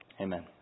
Amen